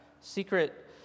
secret